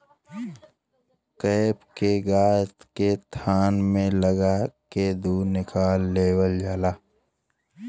cap के गाय के थान में लगा के दूध निकाल लेवल जाला